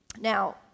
Now